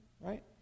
right